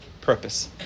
purpose